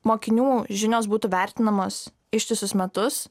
mokinių žinios būtų vertinamos ištisus metus